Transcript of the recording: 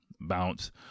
bounce